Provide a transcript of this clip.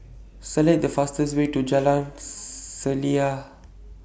Select The fastest Way to Jalan Selaseh